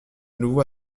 nouveau